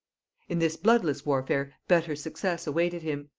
in this bloodless warfare better success awaited him.